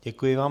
Děkuji vám.